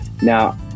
Now